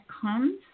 comes